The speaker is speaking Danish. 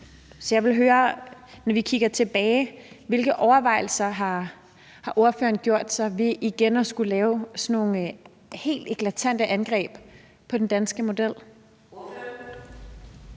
Så jeg vil høre, når vi kigger tilbage, hvilke overvejelser ordføreren har gjort sig ved igen at skulle lave sådan nogle helt eklatante angreb på den danske model.